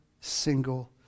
single